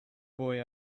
boy